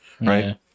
right